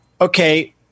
okay